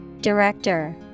Director